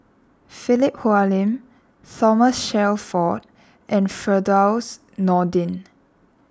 Philip Hoalim Thomas Shelford and Firdaus Nordin